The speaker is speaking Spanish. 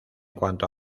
cuanto